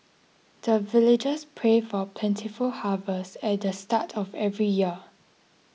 the villagers pray for plentiful harvest at the start of every year